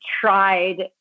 tried